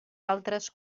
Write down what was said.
altres